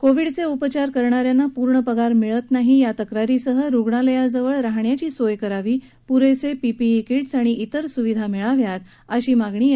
कोवीडचे उपचार करणाऱ्यांना पूर्ण पगार मिळत नाही या तक्रारीसह रुग्णालयाजवळ राहायची सोय करावी पुरेसे पीपीई कि ्झि आणि इतर सुविधा मिळाव्यात अशी मागणी याचिकेत करण्यात आली आहे